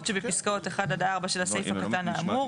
שבפסקאות (1) עד (4) של הסעיף הקטן האמור,